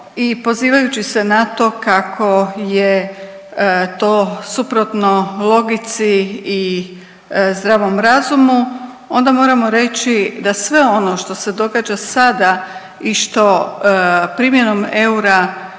pozivajući se na to kako je to suprotno logici i zdravom razumu onda moramo reći da sve ono što se događa sada i što primjenom eura